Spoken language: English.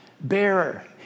bearer